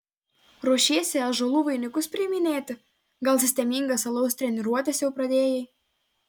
ruošiesi ąžuolų vainikus priiminėti gal sistemingas alaus treniruotes jau pradėjai